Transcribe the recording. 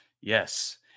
Yes